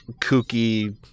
kooky